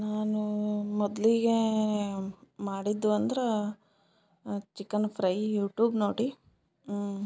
ನಾನು ಮೊದ್ಲಿಗೆ ಮಾಡಿದ್ದು ಅಂದ್ರೆ ಚಿಕನ್ ಫ್ರೈ ಯುಟ್ಯೂಬ್ ನೋಡಿ